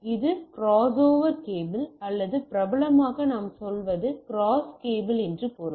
இது ஒரு crossover cable அல்லது பிரபலமாக நாம் சொல்வது கிராஸ் கேபிள் என்று பொருள்